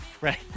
right